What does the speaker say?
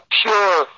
pure